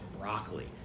broccoli